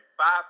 five